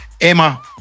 Emma